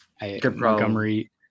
Montgomery